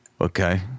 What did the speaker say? Okay